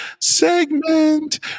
segment